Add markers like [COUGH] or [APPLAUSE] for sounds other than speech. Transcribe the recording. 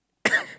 [COUGHS]